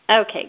Okay